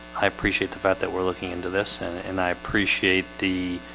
i appreciate the fact that we're looking into this and and i appreciate the